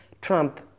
Trump